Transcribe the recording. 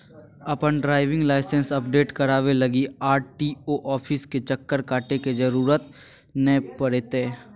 अपन driving licence update कराबे लगी आर.टी.ओ ऑफिस के चक्कर काटे के जरूरत नै पड़तैय